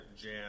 jam